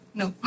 no